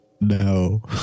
No